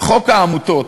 חוק העמותות,